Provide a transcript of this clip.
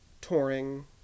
touring